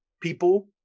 people